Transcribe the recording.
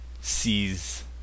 sees